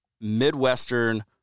midwestern